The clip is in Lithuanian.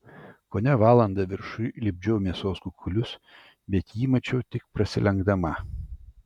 kone valandą viršuj lipdžiau mėsos kukulius bet jį mačiau tik prasilenkdama